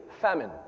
famine